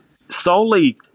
Solely